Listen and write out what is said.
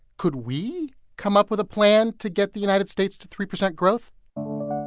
could we come up with a plan to get the united states to three percent growth?